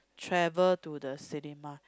travel to the cinema